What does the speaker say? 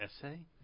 essay